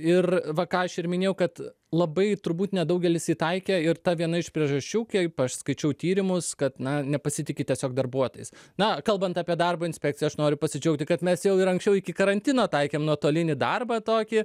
ir va ką aš ir minėjau kad labai turbūt nedaugelis įtaikė ir ta viena iš priežasčių kaip aš skaičiau tyrimus kad na nepasitiki tiesiog darbuotojais na kalbant apie darbo inspekciją aš noriu pasidžiaugti kad mes jau ir anksčiau iki karantino taikėm nuotolinį darbą tokį